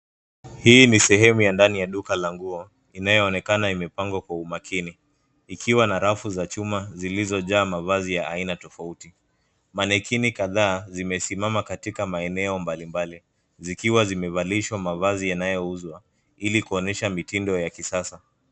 Hii ni sehemu ya ndani ya duka la nguo, inayo onekana imepangwa kwa umakini, ikiwa na rafu za chuma, zilizo jaa mavazi ya aina tofauti, mannequin kadhaa zimesimama katika maeneo mbali mbali, zikiwa zimevalishwa mavazi yanayouzwa ili kuonesha mitindo ya kisasa.